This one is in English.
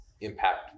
impact